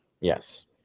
yes